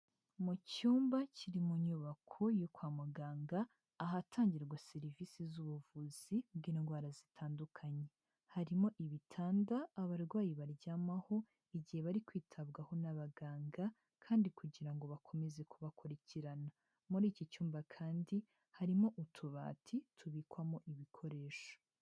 Mu cyumba kiri mu nyubako yo kwa muganga, ahatangirwa serivisi z'ubuvuzi bw'indwara zitandukanye, harimo ibitanda abarwayi baryamaho igihe bari kwitabwaho n'abaganga kandi kugira ngo bakomeze kubakurikirana, muri iki cyumba kandi harimo utubati tubikwamo ibikoresho.